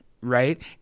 right